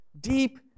deep